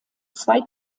zwei